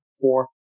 Four